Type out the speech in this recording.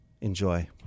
Enjoy